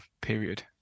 period